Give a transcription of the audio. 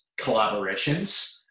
collaborations